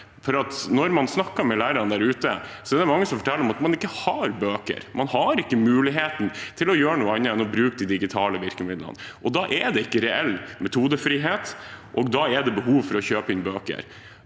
når man snakker med lærerne der ute, er det mange som forteller at man ikke har bøker, man har ikke mulighet til å gjøre noe annet enn å bruke de digitale virkemidlene. Da er det ikke reell metodefrihet. Da er det behov for å kjøpe inn bøker.